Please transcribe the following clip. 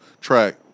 track